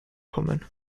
kommen